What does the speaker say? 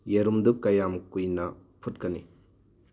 ꯌꯦꯔꯨꯝꯗꯨ ꯀꯌꯥꯝ ꯀꯨꯏꯅ ꯐꯨꯠꯀꯅꯤ